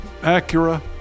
Acura